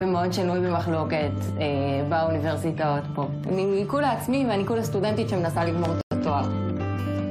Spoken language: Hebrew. ומאוד שנוי במחלוקת באוניברסיטאות פה. אני כולה עצמי ואני כולה סטודנטית שמנסה לגמור את התואר.